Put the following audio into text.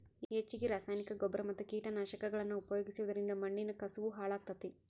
ಹೆಚ್ಚಗಿ ರಾಸಾಯನಿಕನ ಗೊಬ್ಬರ ಮತ್ತ ಕೇಟನಾಶಕಗಳನ್ನ ಉಪಯೋಗಿಸೋದರಿಂದ ಮಣ್ಣಿನ ಕಸವು ಹಾಳಾಗ್ತೇತಿ